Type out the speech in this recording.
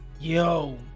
Yo